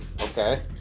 Okay